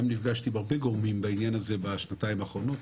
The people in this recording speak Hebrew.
גם נפגשתי עם הרבה גורמים בעניין הזה בשנתיים האחרונות.